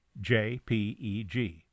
JPEG